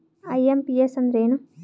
IMPS ಅಂದ್ರ ಏನು?